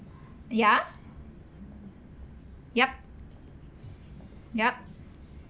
ya yup yup